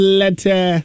letter